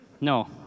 No